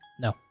No